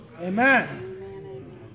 Amen